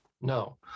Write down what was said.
no